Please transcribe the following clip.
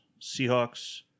Seahawks